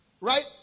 Right